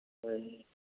ꯍꯣꯏ